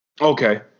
Okay